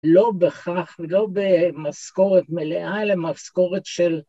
‫לא במשכורת מלאה, אלא משכורת של...